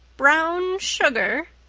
brown sugar!